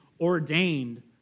ordained